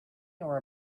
nor